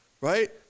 right